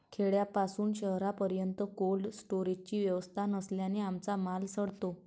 खेड्यापासून शहरापर्यंत कोल्ड स्टोरेजची व्यवस्था नसल्याने आमचा माल सडतो